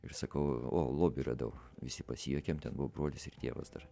ir sakau o lobį radau visi pasijuokėm ten buvo brolis ir tėvas dar